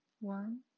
one